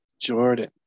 Jordan